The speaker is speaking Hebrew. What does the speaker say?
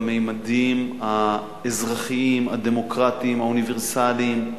בממדים האזרחיים הדמוקרטיים והאוניברסליים.